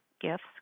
gifts